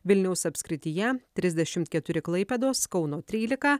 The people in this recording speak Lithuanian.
vilniaus apskrityje trisdešimt keturi klaipėdos kauno trylika